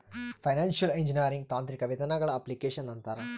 financial engineering ತಾಂತ್ರಿಕ ವಿಧಾನಗಳ application ಅಂತಾರ